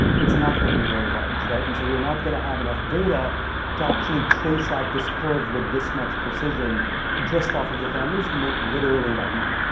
it's not gonna be very large, right, and so you're not gonna have enough data to actually trace out this curve with this much precision just off of the families who make literally that move.